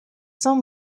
saint